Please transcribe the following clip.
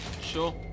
Sure